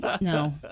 no